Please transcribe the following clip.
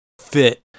fit